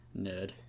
Nerd